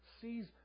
sees